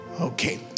Okay